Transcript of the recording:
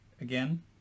again